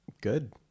good